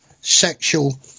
sexual